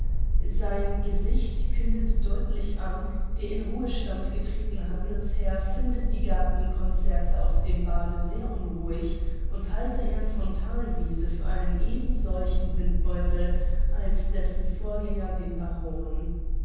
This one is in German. sein gesicht kündete deutlich an der in ruhestand getretene handelsherr finde die gartenconzerte auf dem bade sehr unruhig und halte herrn von thalwiese für einen eben solchen windbeutel als dessen vorgänger den baron